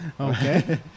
okay